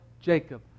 Jacob